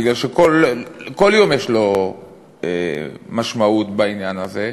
בגלל שכל יום יש לו משמעות בעניין הזה,